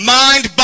mind